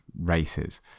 races